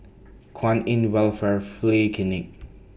Kwan in Welfare Free Clinic